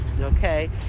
okay